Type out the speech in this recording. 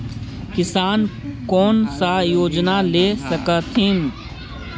किसान कोन सा योजना ले स कथीन?